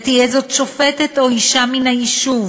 ותהיה זאת שופטת או אישה מן היישוב,